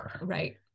right